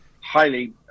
highly